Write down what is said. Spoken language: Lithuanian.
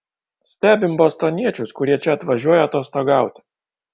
stebim bostoniečius kurie čia atvažiuoja atostogauti